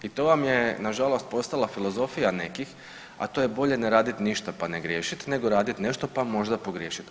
I to vam je nažalost postala filozofija nekih, a to je bolje ne raditi ništa pa ne griješiti nego radit nešto pa možda pogriješit.